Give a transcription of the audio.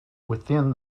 within